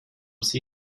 sie